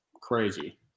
Crazy